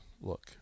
look